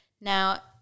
Now